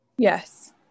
Yes